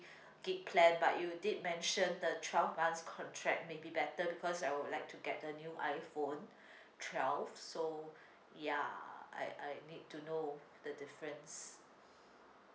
gig plan but you did mention the twelve months contract may be better because I would like to get the new iphone twelve so ya I I need to know the difference